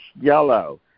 yellow